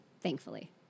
thankfully